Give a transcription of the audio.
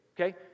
okay